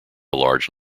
large